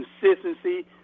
consistency